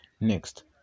Next